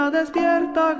despierta